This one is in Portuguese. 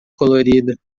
colorida